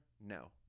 no